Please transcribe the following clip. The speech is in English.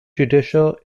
judicial